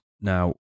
Now